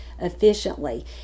efficiently